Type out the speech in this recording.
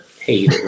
Hey